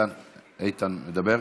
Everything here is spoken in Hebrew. מדבר?